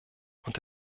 und